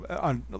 on